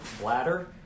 bladder